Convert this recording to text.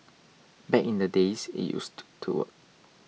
back in the days it used to work